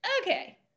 Okay